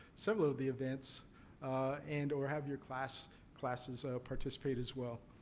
several of the events and or have your classes classes participate as well.